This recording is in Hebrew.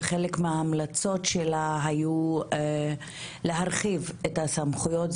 וחלק מההמלצות שלה היו להרחיב את הסמכויות.